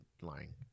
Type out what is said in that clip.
lying